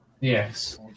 Yes